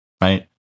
right